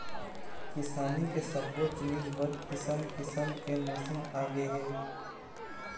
किसानी के सब्बो जिनिस बर किसम किसम के मसीन आगे हे